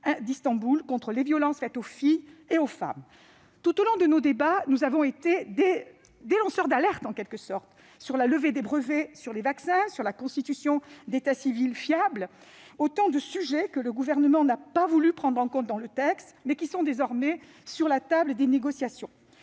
lutte contre les violences faites aux filles et aux femmes. Tout au long de nos débats, nous avons été, d'une certaine façon, des lanceurs d'alerte, que ce soit sur la levée des brevets, sur les vaccins ou sur la constitution d'états civils fiables, autant de sujets que le Gouvernement n'a pas voulu prendre en compte dans le texte, mais qui sont désormais sur la table des négociations.